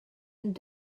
ond